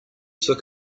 took